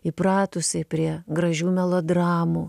įpratusiai prie gražių melodramų